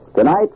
Tonight